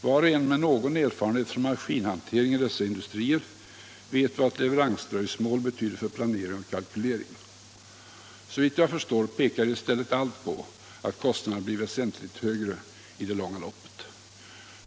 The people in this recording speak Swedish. Var och en med någon erfarenhet från maskinhantering i denna industri vet vad ett leveransdröjsmål betyder för planering och kalkylering. Såvitt jag förstår pekar i stället allt på att kostnaderna blir väsentligt högre i det långa loppet.